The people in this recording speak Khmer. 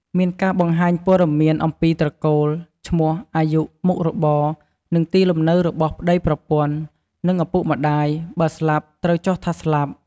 មានការបង្ហាញព័ត៌មានអំពីត្រកូល ឈ្មោះ អាយុ មុខរបរ និងទីលំនៅរបស់ប្ដីប្រពន្ធ និងឪពុកម្ដាយ បើស្លាប់ត្រូវចុះថាស្លាប់។